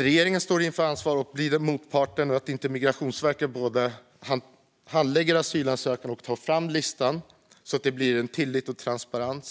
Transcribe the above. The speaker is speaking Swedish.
regeringen tar ansvar och blir motpart och Migrationsverket inte både handlägger asylansökningar och tar fram listan. Då skapas tillit och transparens.